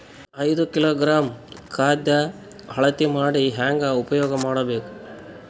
ಐದು ಕಿಲೋಗ್ರಾಂ ಖಾದ್ಯ ಅಳತಿ ಮಾಡಿ ಹೇಂಗ ಉಪಯೋಗ ಮಾಡಬೇಕು?